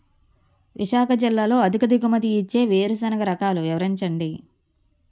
విశాఖ జిల్లాలో అధిక దిగుమతి ఇచ్చే వేరుసెనగ రకాలు వివరించండి?